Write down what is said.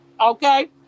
Okay